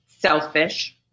selfish